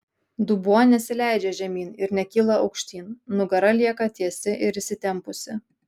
dubuo nesileidžia žemyn ir nekyla aukštyn nugara lieka tiesi ir įsitempusi